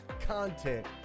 content